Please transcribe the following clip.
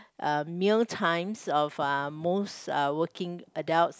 uh meal times of uh most uh working adults